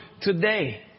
today